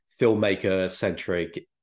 filmmaker-centric